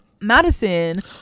madison